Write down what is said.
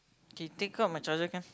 K take out my charger can